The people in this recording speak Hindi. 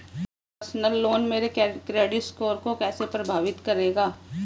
पर्सनल लोन मेरे क्रेडिट स्कोर को कैसे प्रभावित करेगा?